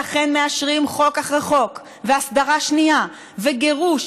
ולכן מאשרים חוק אחרי חוק והסדרה שנייה וגירוש.